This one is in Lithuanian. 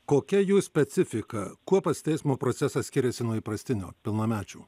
kokia jų specifika kuo pats teismo procesas skiriasi nuo įprastinio pilnamečių